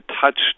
touched